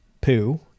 poo